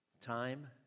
Time